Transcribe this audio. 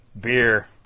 beer